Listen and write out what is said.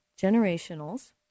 generationals